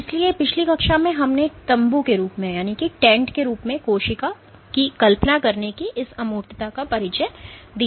इसलिए पिछली कक्षा में हमने एक तम्बू के रूप में कोशिका की कल्पना करने की इस अमूर्तता का परिचय दिया